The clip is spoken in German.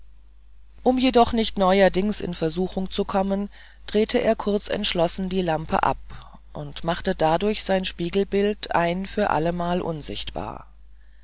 um jedoch nicht neuerdings in versuchung zu kommen drehte er kurz entschlossen die lampe ab und machte dadurch sein spiegelbild ein für allemal unsichtbar